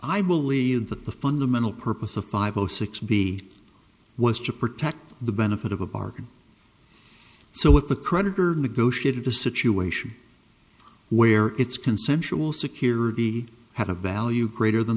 i believe that the fundamental purpose of five zero six b was to protect the benefit of a bargain so what the creditor negotiated a situation where it's consensual security had a value greater than